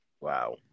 Wow